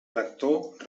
rector